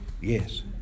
Yes